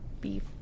beef